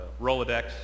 Rolodex